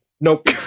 Nope